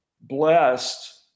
blessed